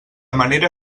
manera